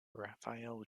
rafael